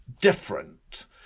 different